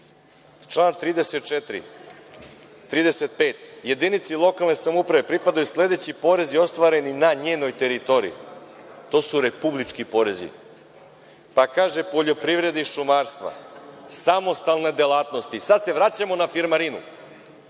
Član 35. – jedinici lokalne samouprave pripadaju sledeći porezi ostvareni na njenoj teritoriji, to su republički porezi, pa kaže: poljoprivrede i šumarstva, samostalne delatnosti. Sad se vraćamo na firmarinu.